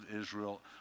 Israel